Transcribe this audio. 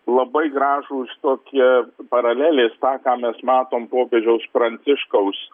labai gražūs tokie paralelės tą ką mes matom popiežiaus pranciškaus